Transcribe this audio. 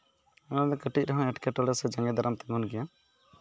ᱚᱱᱟᱫᱚ ᱠᱟᱹᱴᱤᱡ ᱨᱮᱦᱚᱸ ᱮᱸᱴᱠᱮᱴᱚᱬᱮ ᱥᱮ ᱡᱟᱸᱜᱮ ᱫᱟᱨᱟᱢ ᱛᱤᱸᱜᱩᱱ ᱜᱮᱭᱟ